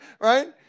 right